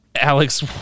Alex